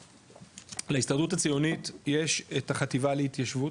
להסתדרות הציונית יש את החטיבה להתיישבות,